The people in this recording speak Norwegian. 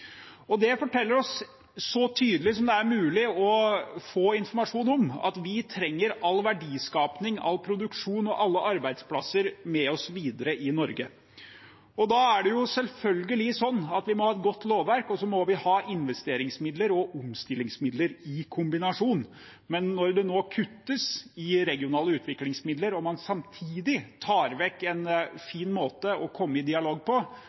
Det forteller oss så tydelig som det er mulig å få informasjon om, at vi trenger all verdiskaping, all produksjon og alle arbeidsplasser med oss videre i Norge. Da må vi selvfølgelig ha et godt lovverk, og vi må ha investeringsmidler og omstillingsmidler i kombinasjon. Når det nå kuttes i regionale utviklingsmidler og man samtidig tar vekk en fin måte å komme i dialog på,